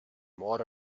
more